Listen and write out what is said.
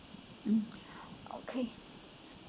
um okay